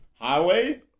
highway